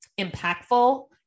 impactful